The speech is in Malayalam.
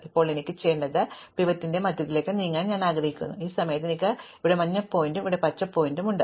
ഇപ്പോൾ എനിക്ക് ചെയ്യേണ്ടത് പിവറ്റിനെ മധ്യത്തിലേക്ക് നീക്കാൻ ഞാൻ ആഗ്രഹിക്കുന്നു ഈ സമയത്ത് എനിക്ക് ഇവിടെ മഞ്ഞ പോയിന്ററും ഇവിടെ പച്ച പോയിന്ററും ഉണ്ട്